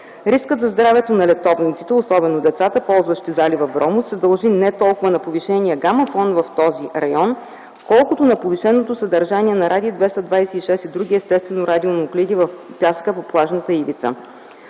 рискът за здравето на летовниците, особено децата, ползващи залива Вромос, се дължи не толкова на повишения гама- фон в този район, колкото на повишеното съдържание на радий-226 и други естествени радионуклиди в пясъка по плажната ивица;